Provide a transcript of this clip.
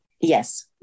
Yes